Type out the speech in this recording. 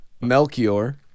Melchior